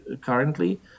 currently